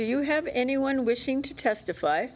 do you have anyone wishing to testify